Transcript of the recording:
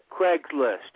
Craigslist